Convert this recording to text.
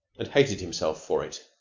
and hated himself for it.